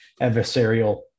adversarial